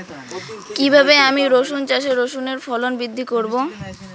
কীভাবে আমি রসুন চাষে রসুনের ফলন বৃদ্ধি করব?